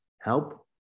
help